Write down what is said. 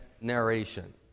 narration